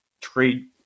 trade